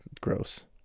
gross